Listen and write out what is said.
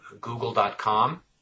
google.com